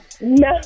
No